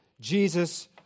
Jesus